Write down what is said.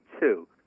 two